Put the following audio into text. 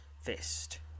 fist